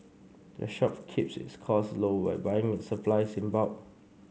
the shop keeps its cost low by buying its supplies in bulk